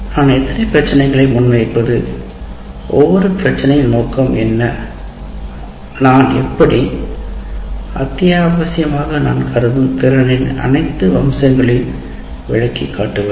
நான் எத்தனை பிரச்சினைகளை முன்வைக்கிறேன் ஒவ்வொரு பிரச்சினையின் நோக்கம் என்ன நான் எப்படி அத்தியாவசிய அம்சங்களை நான் கருதுவது திறனின் அனைத்து அம்சங்களையும் நிவர்த்தி செய்வது